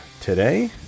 today